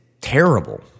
terrible